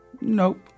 Nope